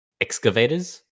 excavators